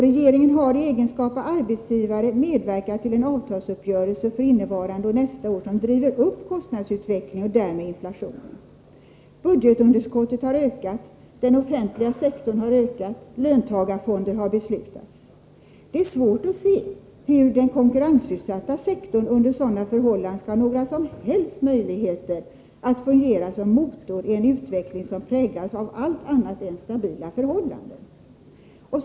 Regeringen har i egenskap av arbetsgivare medverkat till en avtalsuppgörelse för innevarande och nästa år som driver upp kostnaderna och därmed inflationen. Budgetunderskottet har ökat, den offentliga sektorn har ökat och löntagarfonder har införts. Det är svårt att se hur den konkurrensutsatta sektorn under sådana förhållanden skall ha några som helst möjligheter att fungera som motor i en utveckling som präglas av allt annat än stabila förhållanden.